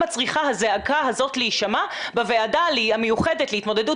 צריכה הזעקה הזאת להשמע בוועדה המיוחדת להתמודדות